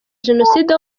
jenoside